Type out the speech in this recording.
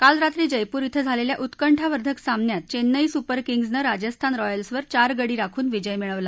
काल रात्री जयपूर धिं झालेल्या उत्कंठावर्धक सामन्यात चेन्नई सुपर किंग्जनं राजस्थान रॉयल्सवर चार गडी राखून विजय मिळवला